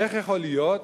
איך יכול להיות,